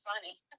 funny